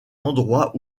endroit